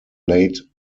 late